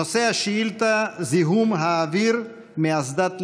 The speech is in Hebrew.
נושא השאילתה: זיהום האוויר מאסדת לווייתן.